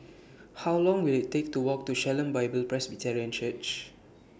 How Long Will IT Take to Walk to Shalom Bible Presbyterian Church